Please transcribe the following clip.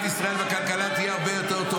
ישראל בכלכלה יהיה הרבה יותר טוב.